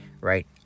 right